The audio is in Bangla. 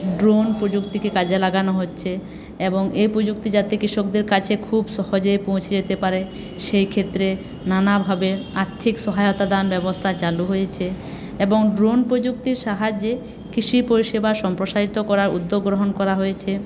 ড্রোন প্রযুক্তিকে কাজে লাগানো হচ্ছে এবং এই প্রযুক্তি যাতে কৃষকদের কাছে খুব সহজেই পৌঁছে যেতে পারে সেই ক্ষেত্রে নানাভাবে আর্থিক সহায়তা দান ব্যবস্থা চালু হয়েছে এবং ড্রোন প্রযুক্তির সাহায্যে কৃষি পরিষেবা সম্প্রসারিত করার উদ্যোগ গ্রহণ করা হয়েছে